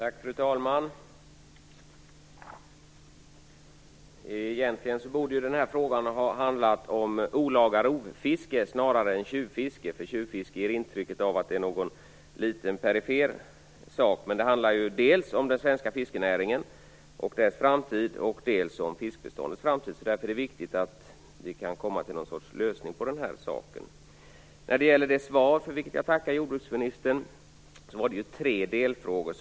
Fru talman! Egentligen borde den här frågan ha handlat om olaga rovfiske snarare än tjuvfiske, eftersom ordet "tjuvfiske" ger intryck av att detta är en liten perifer sak. Men detta handlar dels om den svenska fiskenäringen och dess framtid, dels om fiskbeståndets framtid. Därför är det viktigt att vi kan komma till någon sorts lösning på det här problemet. När det gäller det svar för vilket jag tackar jordbruksministern hade jag ställt tre delfrågor.